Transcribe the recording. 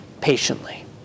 patiently